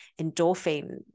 endorphin